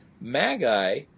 Magi